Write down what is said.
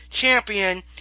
Champion